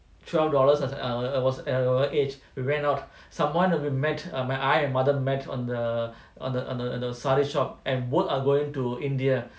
twelve dollars err err I was at your age we went out someone we met err I and my mother met on the on the on the sari shop and both are going to india